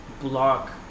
block